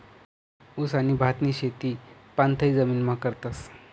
ऊस आणि भातनी शेती पाणथय जमीनमा करतस